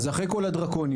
אז אחרי כל הדרקוניות,